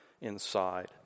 inside